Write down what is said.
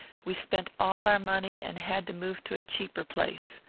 we spent all our money and had to move to a cheaper place.